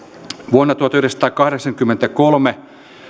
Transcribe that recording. vuonna tuhatyhdeksänsataakahdeksankymmentäkolme